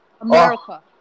America